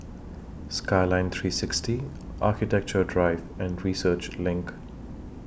Skyline three sixty Architecture Drive and Research LINK